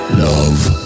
love